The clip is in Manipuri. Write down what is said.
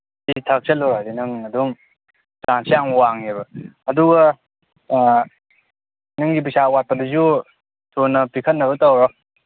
ꯌꯨ ꯊꯛꯆꯤꯜꯂꯨꯔꯗꯤ ꯅꯪ ꯑꯗꯨꯝ ꯆꯥꯟꯁ ꯌꯥꯝ ꯋꯥꯡꯉꯦꯕ ꯑꯗꯨꯒ ꯅꯪꯒꯤ ꯄꯩꯁꯥ ꯑꯋꯥꯠꯄꯗꯨꯁꯨ ꯊꯨꯅ ꯄꯤꯈꯠꯅꯕ ꯇꯧꯔꯣ